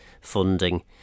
funding